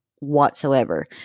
whatsoever